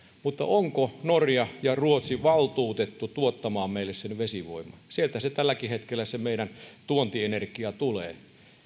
mutta onko norja ja ruotsi valtuutettu tuottamaan meille sen vesivoiman sieltä se meidän tuontienergia tälläkin hetkellä tulee